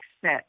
set